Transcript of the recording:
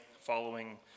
following